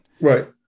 right